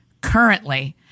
currently